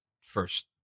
first